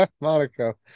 Monaco